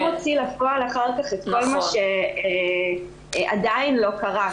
מי מוציא לפועל את כל מה שעדיין לא קרה?